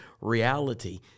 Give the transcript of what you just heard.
reality